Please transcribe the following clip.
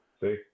See